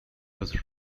was